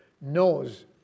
knows